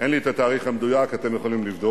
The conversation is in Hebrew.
אין לי את התאריך המדויק, אתם יכולים לבדוק,